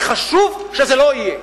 זה חשוב שזה לא יהיה.